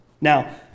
Now